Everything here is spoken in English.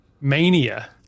mania